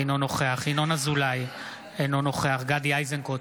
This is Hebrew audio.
אינו נוכח ינון אזולאי, אינו נוכח גדי איזנקוט,